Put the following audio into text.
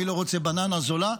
מי לא רוצה בננה זולה?